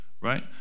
right